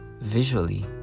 visually